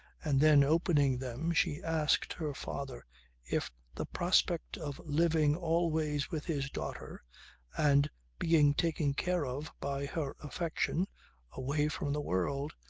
and then opening them she asked her father if the prospect of living always with his daughter and being taken care of by her affection away from the world,